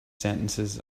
sentences